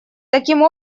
таким